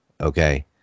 okay